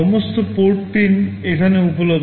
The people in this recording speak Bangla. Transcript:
সমস্ত PORT পিন এখানে উপলব্ধ